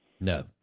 No